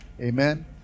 Amen